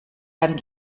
dann